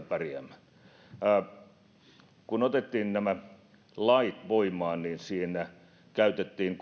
pärjäämään kun otettiin nämä lait voimaan niin siinä käytettiin